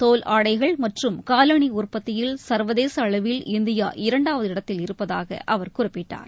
தோல் ஆடைகள் மற்றும் காலணி உற்பத்தியில் சர்வதேச அளவில் இந்தியா இரண்டாவது இடத்தில் இருப்பதாக அவர் குறிப்பிட்டார்